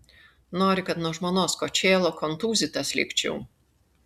nori kad nuo žmonos kočėlo kontūzytas likčiau